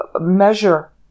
measure